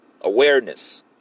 awareness